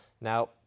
Now